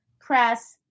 Press